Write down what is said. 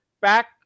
back